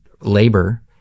labor